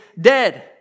dead